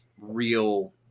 real